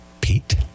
Pete